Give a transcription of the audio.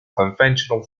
conventional